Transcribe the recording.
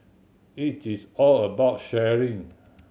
it is all about sharing